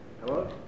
Hello